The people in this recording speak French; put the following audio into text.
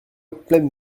pleine